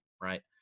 Right